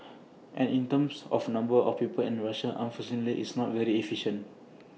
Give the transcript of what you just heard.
and in terms of number of people in Russia unfortunately it's not very efficient